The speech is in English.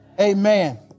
Amen